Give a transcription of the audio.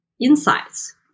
insights